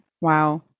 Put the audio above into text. wow